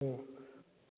ꯑꯣ